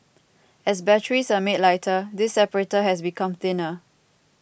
as batteries are made lighter this separator has become thinner